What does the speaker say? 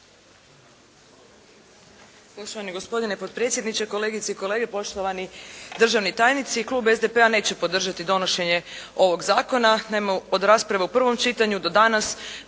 Poštovani gospodine potpredsjedniče, kolegice i kolege, poštovani državni tajnici. Klub SDP-a neće podržati donošenje ovog zakona. Naime od rasprave u prvom čitanju do danas